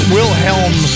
Wilhelm